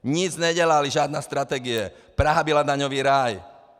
Nic nedělali, žádná strategie, Praha byla daňový ráj.